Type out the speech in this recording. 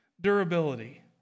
durability